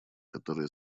которая